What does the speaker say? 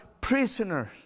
prisoners